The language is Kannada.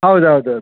ಹೌದು ಹೌದು ಹೌದು